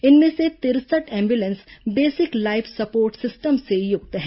इनमें से तिरसठ ambulance basic life support system से युक्त हैं